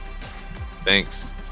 Thanks